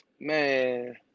Man